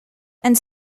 and